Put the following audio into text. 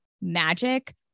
magic